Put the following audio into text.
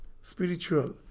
spiritual